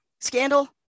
scandal